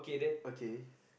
okay